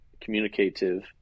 communicative